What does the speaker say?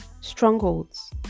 strongholds